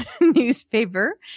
newspaper